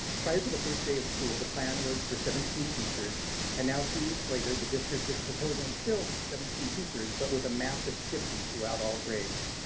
prior to first day of school the plan was for seventeen teachers and now two weeks later the district is proposing still seventeen teachers but with a massive shifting throughout all grades.